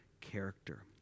character